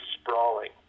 sprawling